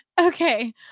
Okay